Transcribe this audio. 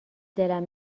دلم